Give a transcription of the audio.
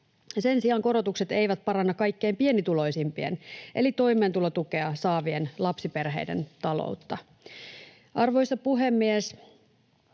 sen sijaan korotukset eivät paranna kaikkein pienituloisimpien eli toimeentulotukea saavien lapsiperheiden taloutta. Arvoisa puhemies!